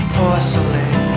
porcelain